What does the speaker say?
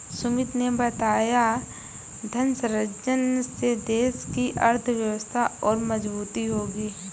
सुमित ने बताया धन सृजन से देश की अर्थव्यवस्था और मजबूत होगी